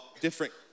different